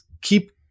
keep